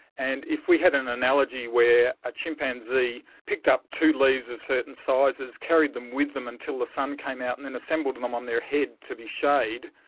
and if we had an analogy where a chimpanzee picked up two leaves of certain sizes, carried them with them until the sun came out and then assembled and them on their head to be shade,